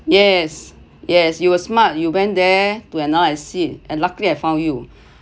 yes yes you were smart you went there to another exit and luckily I found you